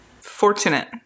Fortunate